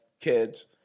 kids